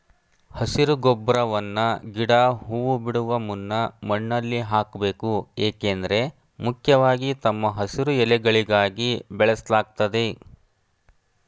ಹಸಿರು ಗೊಬ್ಬರವನ್ನ ಗಿಡ ಹೂ ಬಿಡುವ ಮುನ್ನ ಮಣ್ಣಲ್ಲಿ ಹಾಕ್ಬೇಕು ಏಕೆಂದ್ರೆ ಮುಖ್ಯವಾಗಿ ತಮ್ಮ ಹಸಿರು ಎಲೆಗಳಿಗಾಗಿ ಬೆಳೆಸಲಾಗ್ತದೆ